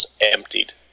emptied